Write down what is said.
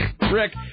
Rick